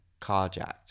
carjacked